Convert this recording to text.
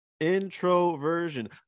introversion